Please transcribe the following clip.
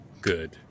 Good